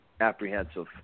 apprehensive